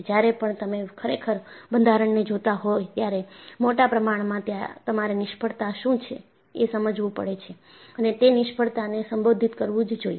જ્યારે પણ તમે ખરેખર બંધારણને જોતા હોય ત્યારે મોટા પ્રમાણમાં તમારે નિષ્ફળતા શું છે એ સમજવું પડે છે અને તે નિષ્ફળતાને સંબોધિત કરવું જ જોઈએ